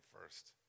first